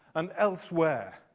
and elsewhere,